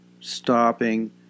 stopping